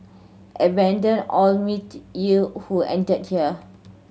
abandon all mirth ye who enter here